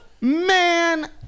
man